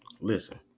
Listen